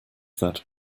that